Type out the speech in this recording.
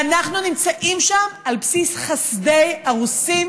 ואנחנו נמצאים שם על בסיס חסדי הרוסים,